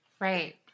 Right